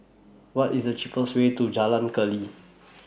What IS The cheapest Way to Jalan Keli